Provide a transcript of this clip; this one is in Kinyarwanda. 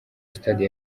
stade